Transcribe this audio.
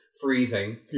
freezing